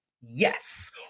yes